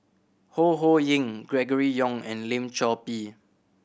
Ho Ho Ying Gregory Yong and Lim Chor Pee